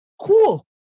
Cool